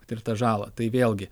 patirtą žalą tai vėlgi